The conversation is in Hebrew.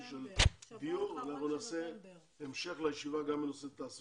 הזה ונעשה המשך לישיבה גם בנושא התעסוקה.